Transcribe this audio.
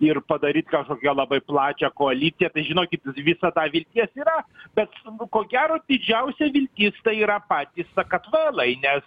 ir padaryt kažkokią labai plačią koaliciją tai žinokit iš viso dar vilties yra bet nu ko gero didžiausia viltis tai yra patys sakartvelai nes